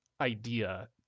idea